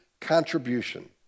contribution